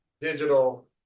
digital